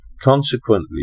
Consequently